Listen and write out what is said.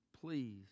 please